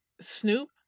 Snoop